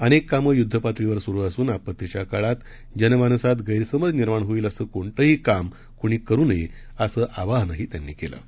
अनेक कामं युद्धपातळीवर सुरू असून आपत्तीच्या काळात जनमानसात गैरसमज निर्माण होईल असं कोणतंही काम कोणी करू नये असं आवाहनही त्यांनी केलं आहे